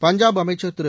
பஞ்சாப் அமைச்சர் திரு